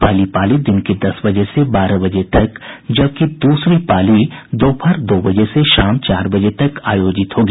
पहली पाली दिन के दस बजे से बारह बजे तक जबकि दूसरी पाली दोपहर दो बजे से शाम चार बजे तक आयोजित होगी